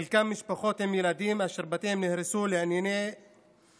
חלקן משפחות עם ילדים אשר בתיהם נהרסו לעיני ילדיהם,